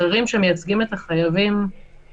של ארגונים אחרים שמייצגים את החייבים כי